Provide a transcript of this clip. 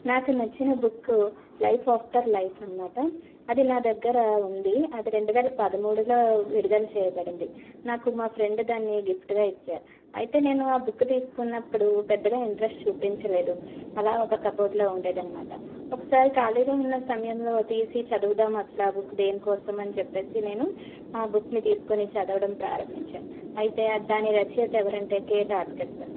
నాకు నచ్చిన book Life After Life అనమాట అది నా దగ్గర ఉంది అది రెండువేల పదమూడులో విడుదల చేయబడింది నాకు మా ఫ్రెండ్ దాన్ని గిఫ్ట్గా ఇచ్చారు అయితే నేను ఆ బుక్ తీసుకున్నప్పుడు పెద్దగా ఇంట్రెస్ట్ చూపించలేదు అలా ఒక కప్బోర్డ్లో ఉండేది అనమాట ఒకసారి ఖాళీగా ఉన్న సమయంలో తీసి చదువుదాం అసలు ఆ బుక్ దేనికోసం అని చెప్పేసి నేను ఆ బుక్ని తీసుకొని చదవడం ప్రారంభించాను అయితే దాని రచయిత ఎవరంటే కే డార్కెట్ సన్